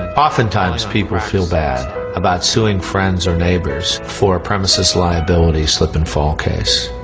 oftentimes people feel bad about suing friends or neighbours for a premises liability slip and fall case.